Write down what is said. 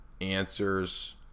answers